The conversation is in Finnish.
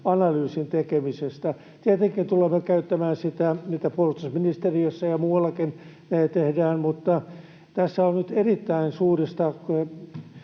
analyysin tekemisestä. Tietenkin tulemme käyttämään sitä, mitä puolustusministeriössä ja muuallakin tehdään, mutta tässä on nyt kysymys erittäin suurista